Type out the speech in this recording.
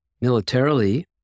militarily